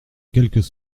quelques